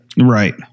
Right